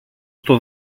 στο